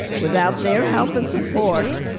without their help and support,